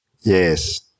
Yes